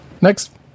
Next